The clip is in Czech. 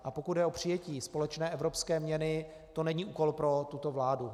A pokud jde o přijetí společné evropské měny, to není úkol pro tuto vládu.